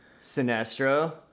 Sinestro